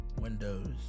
windows